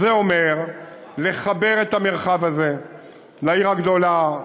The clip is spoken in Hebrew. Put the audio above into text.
זה אומר לחבר את המרחב הזה לעיר הגדולה,